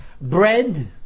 Bread